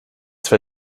zwei